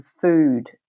food